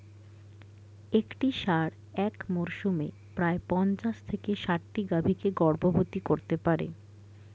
একটি ষাঁড় এক মরসুমে প্রায় পঞ্চাশ থেকে ষাটটি গাভী কে গর্ভবতী করতে পারে